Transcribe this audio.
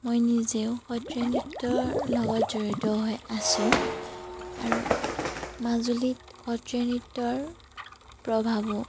মই নিজেও সত্ৰীয়া নৃত্যৰ লগত জড়িত হৈ আছোঁ আৰু মাজুলীত সত্ৰীয়া নৃত্যৰ প্ৰভাৱো